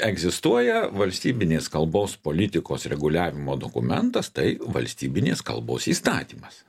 egzistuoja valstybinės kalbos politikos reguliavimo dokumentas tai valstybinės kalbos įstatymas